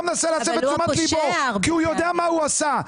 מנסה להסב את תשומת ליבו כי הוא יודע מה הוא עשה.